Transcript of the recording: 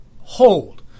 hold